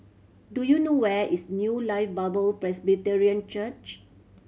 do you know where is New Life Bible Presbyterian Church